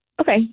Okay